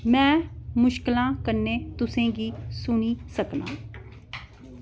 में मुश्कलां कन्नै तुसें गी सुनी सकनां